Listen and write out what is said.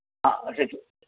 हँ रखैत छी